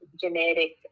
genetic